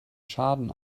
schaden